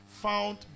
Found